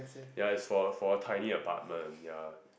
ya it's for for tidy apartment ya